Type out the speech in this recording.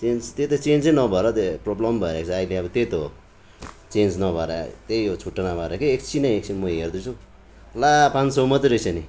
change त्यही त change नै नभएर त प्रब्लम भइरहको छ अहिले अब त्यही त हो चेन्ज नभएर त्यही हो छुट्टा नभएर एकछिन नै एकछिन नै म हेर्दैछु ला पाँच सौ मात्रै रहेछ नि